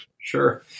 Sure